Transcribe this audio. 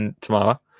tomorrow